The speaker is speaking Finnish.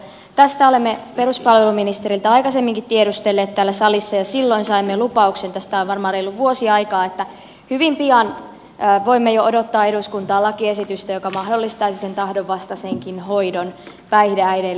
tästä olemme peruspalveluministeriltä aikaisemmin tiedustelleet täällä salissa ja silloin saimme lupauksen tästä on varmaan reilu vuosi aikaa että hyvin pian voimme jo odottaa eduskuntaan lakiesitystä joka mahdollistaisi sen tahdonvastaisenkin hoidon päihdeäideille